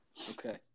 Okay